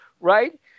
right